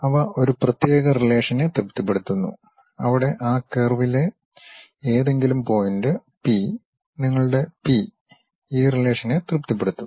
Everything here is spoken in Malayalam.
അവ ഒരു പ്രത്യേക റിലേഷനേ തൃപ്തിപ്പെടുത്തുന്നു അവിടെ ആ കർവിലെ ഏതെങ്കിലും പോയിന്റ് പി നിങ്ങളുടെ പി ഈ റിലേഷനേ തൃപ്തിപ്പെടുത്തും